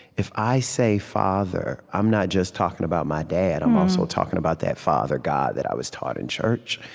if i say father, i'm not just talking about my dad. i'm also talking about that father, god, that i was taught in church.